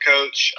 Coach